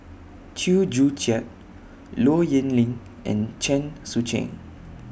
Chew Joo Chiat Low Yen Ling and Chen Sucheng